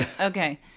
Okay